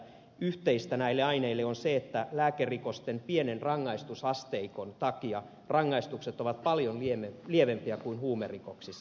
yhteistä näille aineille on se että lääkerikosten pienen rangaistusasteikon takia rangaistukset ovat paljon lievempiä kuin huumerikoksissa